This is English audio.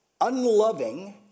unloving